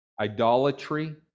idolatry